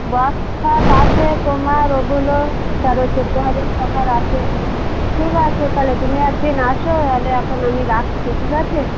box খাট আছে তোমার ওগুলো তেরো চৌদ্দ হাজার টাকার আছে ঠিক আছে তাহলে তুমি একদিন এসো তাহলে এখন আমি রাখছি ঠিক আছে